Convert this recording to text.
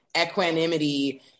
equanimity